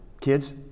Kids